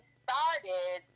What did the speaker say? started